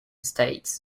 states